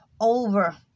over